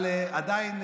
אבל עדיין,